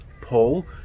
Paul